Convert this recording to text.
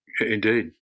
Indeed